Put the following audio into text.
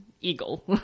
eagle